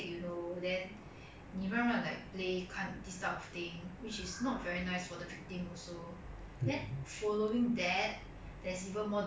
then following that there's even more deaths occurring in schools and everywhere like they will even protect statues more than real life people